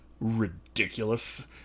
ridiculous